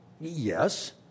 Yes